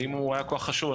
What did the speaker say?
ואם הוא היה כל כך חשוב,